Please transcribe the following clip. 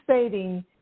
stating